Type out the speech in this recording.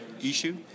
issue